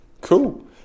Cool